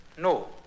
No